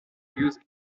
used